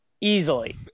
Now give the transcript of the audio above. easily